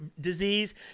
disease